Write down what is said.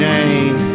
Jane